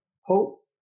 Hope